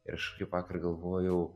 ir aš kažkaip vakar galvojau